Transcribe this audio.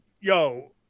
Yo